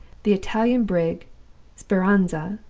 the italian brig speranza,